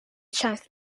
south